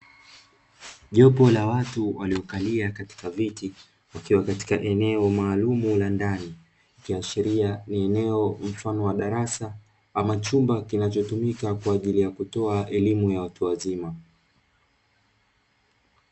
Jopo la watu waliokalia katika viti, wakiwa katika eneo maalumu la ndani, ikiashiria ni eneo mfano wa darasa, ama chumba kinachotumika kwa ajili ya kutoa elimu ya watu wazima.